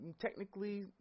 technically